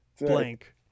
blank